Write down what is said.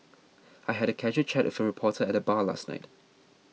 I had a casual chat with a reporter at the bar last night